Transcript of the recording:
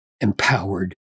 empowered